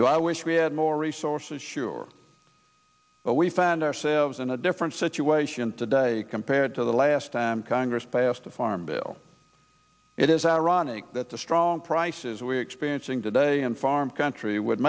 do i wish we had more resources sure but we found ourselves in a different situation today compared to the last time congress passed a farm bill it is ironic that the strong prices we're experiencing today in farm country would